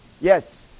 Yes